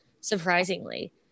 surprisingly